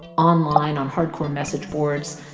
online on hardcore message boards.